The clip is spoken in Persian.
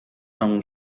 تموم